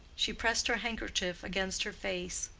she pressed her handkerchief against her face,